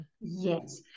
Yes